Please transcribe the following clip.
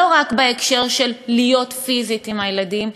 לא רק בהקשר של להיות פיזית עם הילדים,